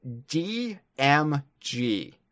DMG